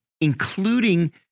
including